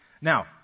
Now